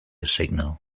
signal